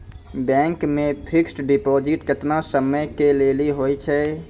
Bank मे fixed deposit केतना समय के लेली होय छै?